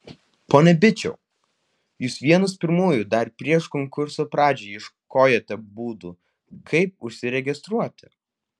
pone byčiau jūs vienas pirmųjų dar prieš konkurso pradžią ieškojote būdų kaip užsiregistruoti